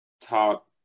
top